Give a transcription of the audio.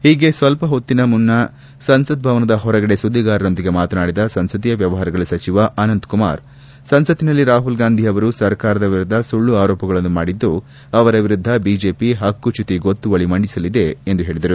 ಈಗ್ಗೆ ಸ್ವಲ್ಪ ಹೊತ್ತಿನ ಮುನ್ನ ಸಂಸತ್ ಭವನದ ಹೊರಗಡೆ ಸುಧ್ಲಿಗಾರರೊಂದಿಗೆ ಮಾತನಾಡಿದ ಸಂಸದೀಯ ವ್ಕವಹಾರಗಳ ಸಚಿವ ಅನಂತಕುಮಾರ್ ಸಂಸತ್ತಿನಲ್ಲಿ ರಾಹುಲ್ ಗಾಂಧಿ ಅವರು ಸರ್ಕಾರದ ವಿರುದ್ದ ಸುಳ್ಳು ಆರೋಪಗಳನ್ನು ಮಾಡಿದ್ಲು ಅವರ ವಿರುದ್ದ ಬಿಜೆಪಿ ಪಕ್ಷು ಚ್ಲುತಿ ಗೊತ್ತುವಳಿ ಮಂಡಿಸಲಿದೆ ಎಂದು ಹೇಳಿದರು